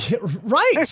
Right